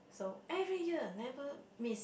so every year never miss